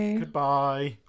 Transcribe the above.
goodbye